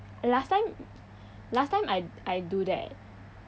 last time last time I I do that